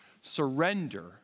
Surrender